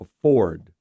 afford